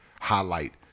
highlight